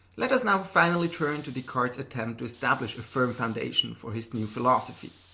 let us now finally turn to descartes's attempt to establish a firm foundation for his new philosophy.